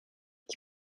ich